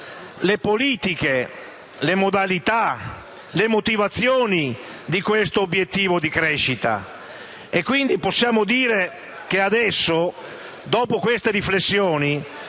le politiche, le modalità e le motivazioni di questo obiettivo di crescita. Quindi possiamo dire che adesso, dopo queste riflessioni,